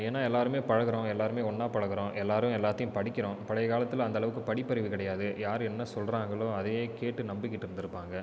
ஏன்னா எல்லோருமே பழகுகிறோம் எல்லோருமே ஒன்னாக பழகுகிறோம் எல்லோரும் எல்லாத்தையும் படிக்கிறோம் பழைய காலத்தில் அந்த அளவுக்கு படிப்பறிவு கிடையாது யார் என்ன சொல்கிறாங்களோ அதையே கேட்டு நம்பிகிட்டு இருந்திருப்பாங்க